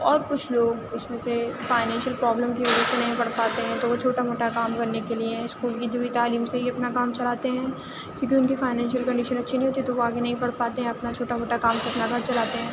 اور کچھ لوگ اُس میں سے فائننشئل پرابلم کی وجہ سے نہیں پڑھ پاتے ہیں تو وہ چھوٹا موٹا کام کرنے کے لئے اسکول کی جو بھی تعلیم سے ہی اپنا کام چلاتے ہیں کیونکہ اُن کی فائنینشیئل کنڈیشن اچھی نہیں ہوتی تو وہ آگے نہیں پڑھ پاتے ہیں اپنا چھوٹا موٹا کام سے اپنا گھر چلاتے ہیں